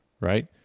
right